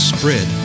Spread